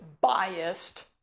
biased